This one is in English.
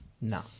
no